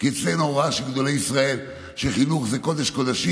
כי אצלנו הוראה של גדולי ישראל היא שחינוך זה קודש-קודשים,